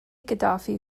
gaddafi